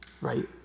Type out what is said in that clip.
right